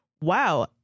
wow